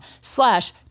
slash